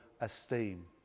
esteem